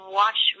watch